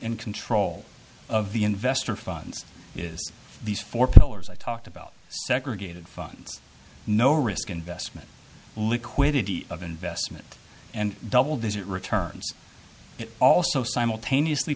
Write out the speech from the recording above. and control of the investor funds is these four pillars i talked about segregated funds no risk investment liquidity of investment and double digit returns also simultaneously